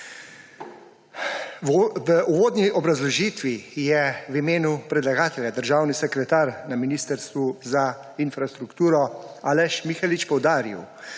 V uvodni obrazložitvi je v imenu predlagatelja državni sekretar Ministrstva za infrastrukturo Aleš Mihelič poudaril,